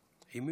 אדוני.